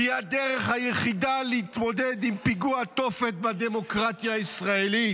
היא הדרך היחידה להתמודד עם "פיגוע תופת בדמוקרטיה הישראלית"